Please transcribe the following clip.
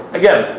again